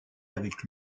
avec